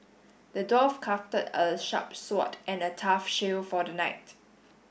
the dwarf crafted a sharp sword and a tough shield for the knight